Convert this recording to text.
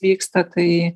vyksta kai